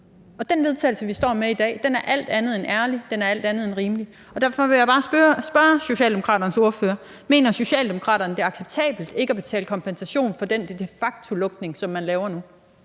til vedtagelse, vi står med i dag, er alt andet end ærligt, det er alt andet end rimeligt. Derfor vil jeg bare spørge Socialdemokraternes ordfører: Mener Socialdemokraterne, det er acceptabelt ikke at betale kompensation for den de facto-lukning, som man laver nu?